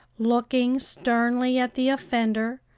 looking sternly at the offender,